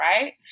Right